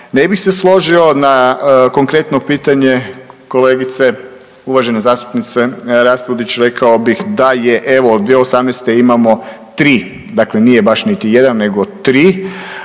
ne bih se složio. Na konkretno pitanje kolegice, uvažena zastupnice Raspudić rekao bih da je evo 2018. imamo tri, dakle nije baš ni jedan, nego tri